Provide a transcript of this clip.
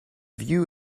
view